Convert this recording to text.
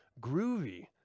groovy